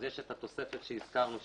יש התוספת שהזכרנו,